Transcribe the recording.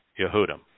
Yehudim